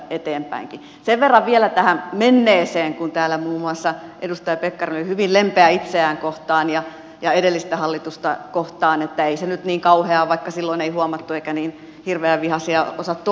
sen verran vielä tähän menneeseen kun täällä muun muassa edustaja pekkarinen oli hyvin lempeä itseään ja edellistä hallitusta kohtaan että ei se nyt niin kauheaa ole vaikka silloin ei huomattu eikä niin hirveän vihaisia osattu ollakaan